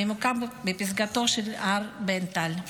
שממוקם בפסקתו של הר בנטל.